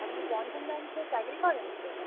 আপনি বন্ধন ব্যাঙ্কে চাকরি করেন তো